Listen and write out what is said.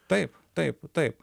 taip taip taip